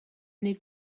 neu